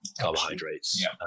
carbohydrates